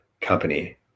company